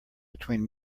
between